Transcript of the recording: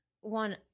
one